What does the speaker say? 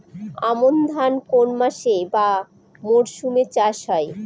আমন ধান কোন মাসে বা মরশুমে চাষ হয়?